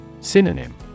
Synonym